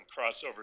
crossover